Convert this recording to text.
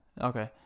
Okay